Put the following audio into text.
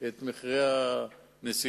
את מחירי הנסיעות.